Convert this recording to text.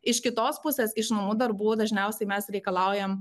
iš kitos pusės iš namų darbų dažniausiai mes reikalaujame